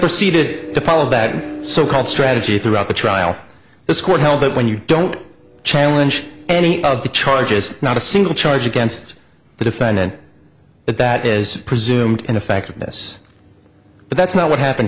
proceeded to follow that so called strategy throughout the trial this court held that when you don't challenge any of the charges not a single charge against the defendant but that is presumed and a fact witness but that's not what happened